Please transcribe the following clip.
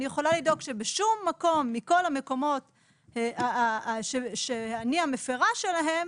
יכולה לדאוג שבשום מקום מכל המקומות שאני המפר שלהם,